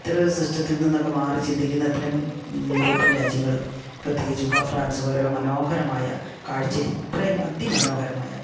ഇത്തരം ഒരു സിസ്റ്റത്തിൽ നിന്നൊക്കെ മാറി ചിന്തിക്കുന്ന അത്തരം യൂറോപ്യൻ രാജ്യങ്ങൾ പ്രത്യേകിച്ചും ഫ്രാൻസ് പോലെ ഉള്ള മനോഹരമായ കാഴ്ച്ചയിൽ ഇത്രയും അതിമനോഹരമായ